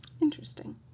Interesting